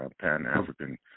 Pan-African